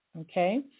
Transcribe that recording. Okay